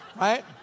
Right